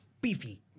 beefy